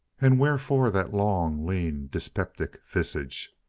and wherefore that long, lean, dyspeptic visage?